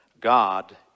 God